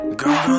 gone